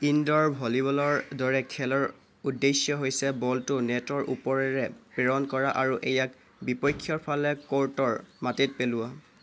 indoor ভলীবলৰ দৰে খেলৰ উদ্দেশ্য হৈছে বলটো নেটৰ ওপৰেৰে প্ৰেৰণ কৰা আৰু ইয়াক বিপক্ষৰ ফালে ক'ৰ্টৰ মাটিত পেলোৱা